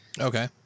Okay